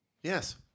Yes